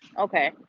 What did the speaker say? Okay